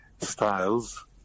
styles